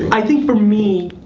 i think for me,